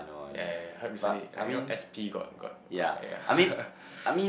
yeah yeah yeah I heard recently like you know S_P got got yeah yeah